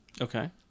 okay